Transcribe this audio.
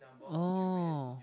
oh